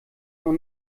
noch